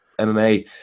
MMA